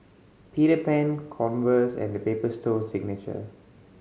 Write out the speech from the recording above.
Peter Pan Converse and The Paper Stone Signature